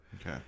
Okay